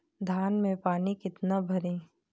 धान में पानी कितना भरें?